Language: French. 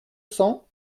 cents